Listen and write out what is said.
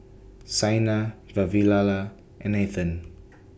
Saina Vavilala and Nathan